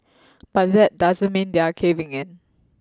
but that doesn't mean they're caving in